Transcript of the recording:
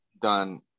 done